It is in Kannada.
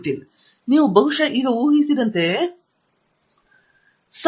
ಟ್ಯಾಂಗಿರಾಲಾ ನೀವು ಬಹುಶಃ ಈಗ ಊಹಿಸಿದಂತೆಯೇ ಇದು ಬಹಳ ಮುಖ್ಯವಾದದ್ದು ಎಂದು ನಾನು ಭಾವಿಸುತ್ತೇನೆ